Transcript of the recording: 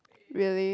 really